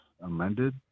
amended